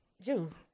June